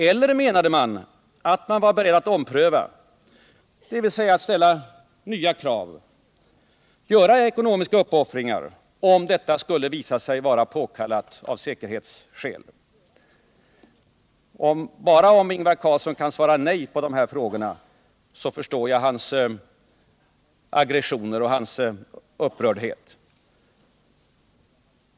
Eller menade man att man verkligen var beredd att ompröva, dvs. ställa nya krav, göra ekonomiska uppoffringar, om detta skulle visa sig vara påkallat av säkerhetsskäl? Bara om Ingvar Carlsson kan svara nej på dessa frågor förstår jag hans aggressioner och hans upprördhet.